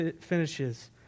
finishes